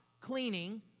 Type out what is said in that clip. cleaning